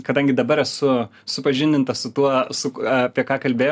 kadangi dabar esu supažindintas su tuo su apie ką kalbėjau